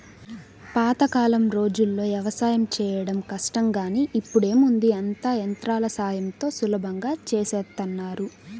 పాతకాలం రోజుల్లో యవసాయం చేయడం కష్టం గానీ ఇప్పుడేముంది అంతా యంత్రాల సాయంతో సులభంగా చేసేత్తన్నారు